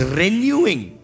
renewing